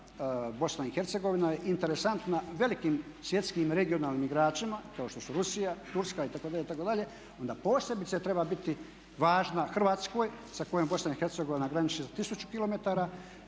Bosna i Hercegovina interesantna velikim svjetskim regionalnim igračima kao što su Rusija, Turska itd., itd., onda posebice treba biti važna Hrvatskoj sa kojom Bosna i Hercegovina graniči sa 1000km